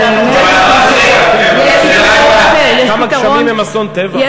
השאלה היא כמה גשמים הם אסון טבע.